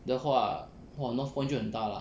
的话 north point 就很大 lah